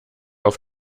auf